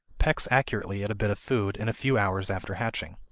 pecks accurately at a bit of food in a few hours after hatching.